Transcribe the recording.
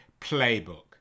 Playbook